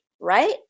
right